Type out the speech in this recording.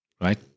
Right